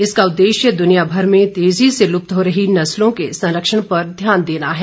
इसका उद्देश्य दुनियाभर में तेजी से लुप्त हो रही नस्लों के संरक्षण पर ध्यान देना है